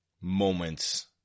moments